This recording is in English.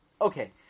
Okay